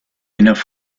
enough